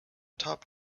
top